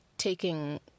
taking